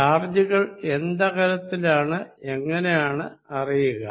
ചാർജുകൾ എന്തകലത്തിലാണെന്ന് എങ്ങിനെയാണ് അറിയുക